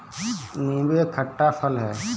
नीबू एक खट्टा फल है